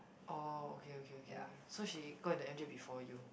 orh okay okay okay okay so she got into m_j before you